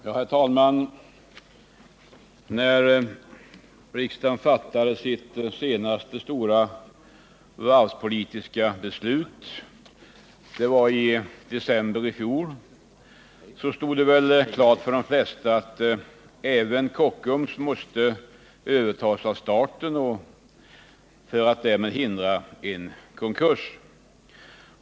Herr talman! När riksdagen fattade sitt senaste stora varvspolitiska beslut i december i fjol stod det klart för de flesta att även Kockums måste övertas av staten för att man därmed skulle kunna hindra en konkurs.